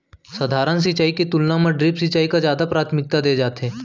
सधारन सिंचाई के तुलना मा ड्रिप सिंचाई का जादा प्राथमिकता दे जाथे